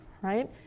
right